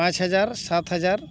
ᱯᱟᱸᱪᱦᱟᱡᱟᱨ ᱥᱟᱛ ᱦᱟᱡᱟᱨ